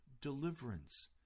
deliverance